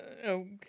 Okay